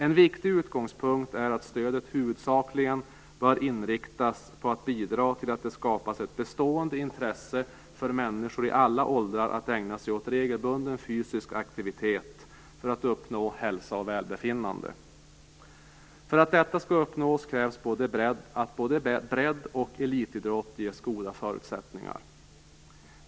En viktig utgångspunkt är att stödet huvudsakligen bör inriktas på att bidra till att ett bestående intresse skapas hos människor i alla åldrar att ägna sig åt regelbunden fysisk aktivitet för att uppnå hälsa och välbefinnande. För att detta skall uppnås krävs att både bredd och elitidrott ges goda förutsättningar.